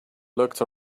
looked